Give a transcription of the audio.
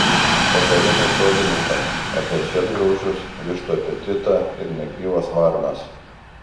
patarimai sodininkams apie žiedgraužius vištų apetitą ir negyvas varnas